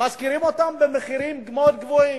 שוכרים אותן במחירים מאוד גבוהים.